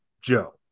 Joe